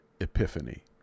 epiphany